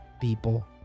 people